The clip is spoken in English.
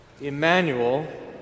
Emmanuel